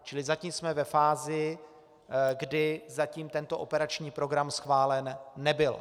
Čili zatím jsme ve fázi, kdy zatím tento operační program schválen nebyl.